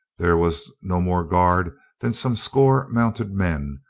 there was no more guard than some score mounted men,